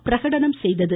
பிரகடனம் செய்தது